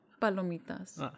Palomitas